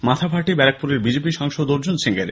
মাথা ফাটে ব্যারাকপুরের বিজেপি সাংসদ অর্জুন সিং এর